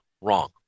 wrong